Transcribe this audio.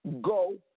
go